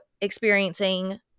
experiencing